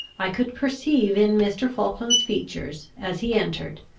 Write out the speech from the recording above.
i could perceive in mr. falkland's features, as he entered,